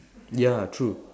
ya true